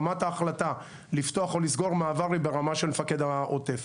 רמת ההחלטה לפתוח או לסגור מעבר היא ברמה של מפקד העוטף